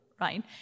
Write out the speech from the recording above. right